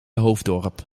hoofddorp